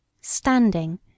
Standing